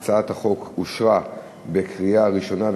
הצעת החוק אושרה בקריאה ראשונה,